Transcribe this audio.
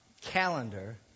calendar